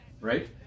right